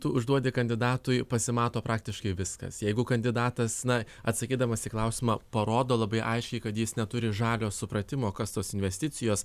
tu užduodi kandidatui pasimato praktiškai viskas jeigu kandidatas na atsakydamas į klausimą parodo labai aiškiai kad jis neturi žalio supratimo kas tos investicijos